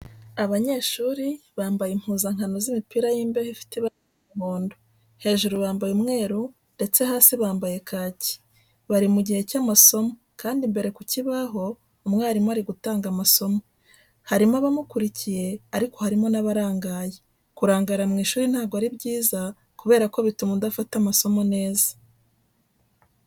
Abanyeshuri bambaye impuzankano z'imipira y'imbeho ifite ibara ry'umuhondo, hejuru bambaye umweru ndetse hasi bambaye kaki. Bari mu gihe cy'amasomo kandi imbere ku kibaho umwarimu ari gutanga amasomo. Harimo abamukurikiye ariko harimo n'abarangaye. Kurangara mu ishuri ntabwo ari byiza kubera ko bituma udafata amasomo neza.